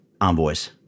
envoys